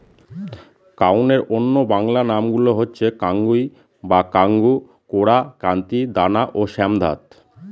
কাউনের অন্য বাংলা নামগুলো হচ্ছে কাঙ্গুই বা কাঙ্গু, কোরা, কান্তি, দানা ও শ্যামধাত